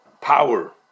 power